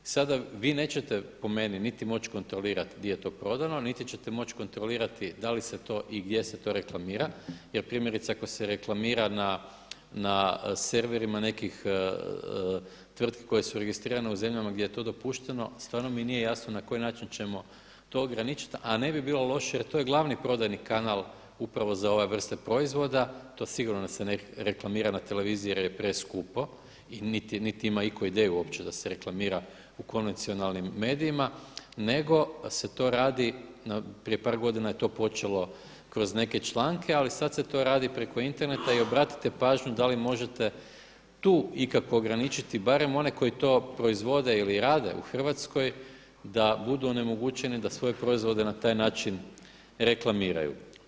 I sada vi nećete po meni niti moći kontrolirati gdje je to prodano niti ćete moći kontrolirati da li se to i gdje se to reklamira jer primjerice ako se reklamira na serverima nekih tvrtki koje su registrirane u zemljama gdje je to dopušteno stvarno mi nije jasno na koji način ćemo to ograničiti, a ne bi bilo loše jer to je glavni prodajni kanal upravo za ove vrste proizvoda, to se sigurno ne reklamira na televiziji jer je preskupo i niti ima iko ideju da se uopće da se reklamira u konvencionalnim medijima nego se to radi, prije par godina je to počelo kroz neke članke, ali to se sada radi preko interneta i obratite pažnju da li možete tu ikako ograničiti barem one koji to proizvode ili rade u Hrvatskoj da budu onemogućeni da svoje proizvode na taj način reklamiraju.